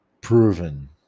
proven